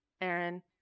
Aaron